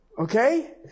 Okay